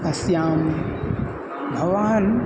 अस्यां भवान्